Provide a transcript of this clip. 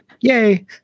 yay